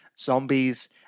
zombies